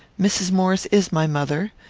mrs. maurice is my mother.